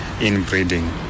inbreeding